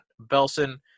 Belson